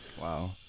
Wow